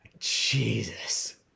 Jesus